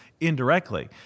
indirectly